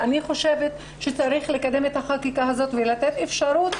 אני חושבת שצריך לקדם את החקיקה הזאת ולתת אפשרות,